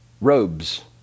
robes